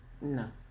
No